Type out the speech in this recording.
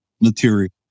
material